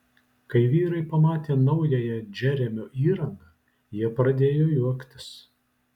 kai vyrai pamatė naująją džeremio įrangą jie pradėjo juoktis